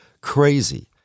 crazy